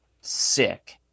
sick